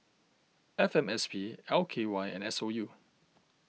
F M S P L K Y and S O U